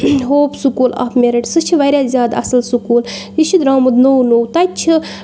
hope school of merit سُہ چھِ واریاہ زیادٕ اَصٕل سکوٗل یہِ چھِ درٛامُت نوٚو نٚوو تَتہِ چھِ